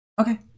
Okay